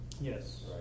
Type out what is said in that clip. yes